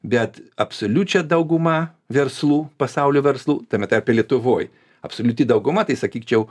bet absoliučią daugumą verslų pasaulio verslų tame tarpe lietuvoj absoliuti dauguma tai sakyčiau